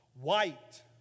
white